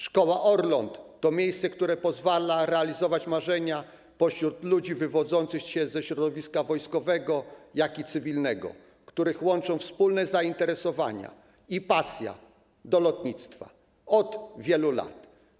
Szkoła Orląt to miejsce, które pozwala realizować marzenia pośród ludzi wywodzących się ze środowiska wojskowego, jak i cywilnego, których łączą wspólne zainteresowania i pasja do lotnictwa od wielu lat”